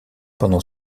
pendant